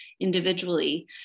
individually